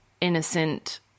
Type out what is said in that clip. innocent